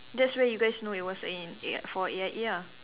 that's where you guys know it was in A for A_I_A ah